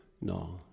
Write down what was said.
No